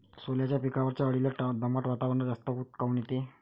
सोल्याच्या पिकावरच्या अळीले दमट वातावरनात जास्त ऊत काऊन येते?